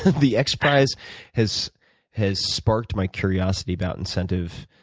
the xprize has has sparked my curiosity about incentive